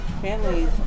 families